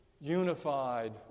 unified